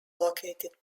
located